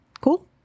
cool